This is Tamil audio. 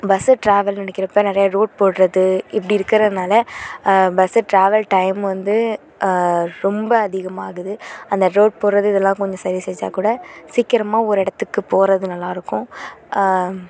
பஸ்ஸு டிராவல்ன்னு நினைக்கிறப்ப நிறையா ரோட் போடுறது இப்படி இருக்குறதுனால பஸ்ஸு ட்ராவல் டைம் வந்து ரொம்ப அதிகமாகுது அந்த ரோட் போடுறது இதெல்லாம் கொஞ்சம் சரி செஞ்சால் கூட சீக்கிரமாக ஒரு இடத்துக்கு போகிறது நல்லாயிருக்கும்